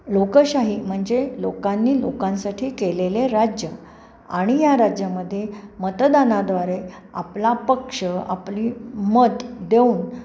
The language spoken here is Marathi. लोकशाही म्हणजे लोकांनी लोकांसाठी केलेले राज्य आणि या राज्यामध्ये मतदानाद्वारे आपला पक्ष आपली मत देऊन